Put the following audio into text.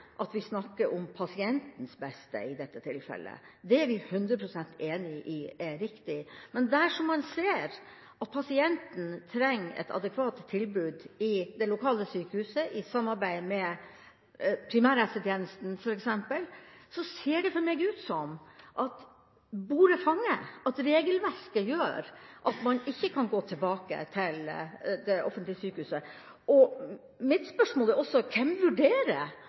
at vi snakker om pasientens beste i dette tilfellet, og det er vi 100 pst. enig i at er viktig. Der man ser at pasienten trenger et adekvat tilbud ved det lokale sykehuset, i samarbeid med primærhelsetjenesten f.eks., ser det for meg ut som at bordet fanger, at regelverket gjør at man ikke kan gå tilbake til det offentlige sykehuset. Mitt spørsmål er: Hvem vurderer